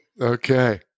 Okay